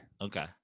Okay